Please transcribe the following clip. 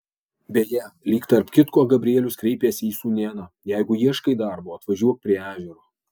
beje lyg tarp kitko gabrielius kreipėsi į sūnėną jeigu ieškai darbo atvažiuok prie ežero